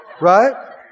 Right